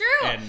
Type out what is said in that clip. true